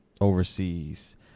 overseas